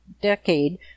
decade